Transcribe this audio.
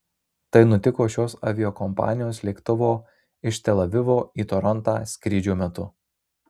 tai nutiko šios aviakompanijos lėktuvo iš tel avivo į torontą skrydžio metu